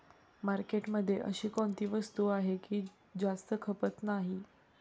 मार्केटमध्ये अशी कोणती वस्तू आहे की जास्त खपत नाही?